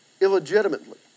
Illegitimately